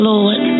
Lord